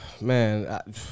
Man